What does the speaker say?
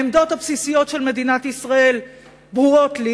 העמדות הבסיסיות של מדינת ישראל ברורות לי.